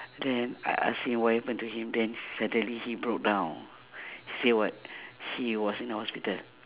then I ask him what happen to him then suddenly he broke down say what he was in a hospital